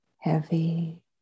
Heavy